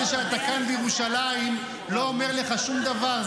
בשבילך, זה שאתה כאן בירושלים לא אומר לך שום דבר.